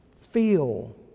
feel